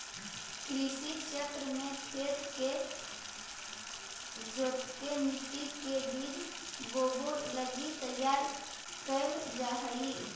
कृषि चक्र में खेत के जोतके मट्टी के बीज बोवे लगी तैयार कैल जा हइ